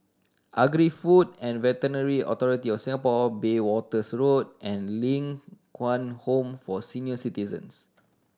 Agri Food and Veterinary Authority of Singapore Bayswaters Road and Ling Kwang Home for Senior Citizens